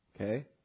okay